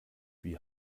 wie